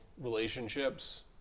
relationships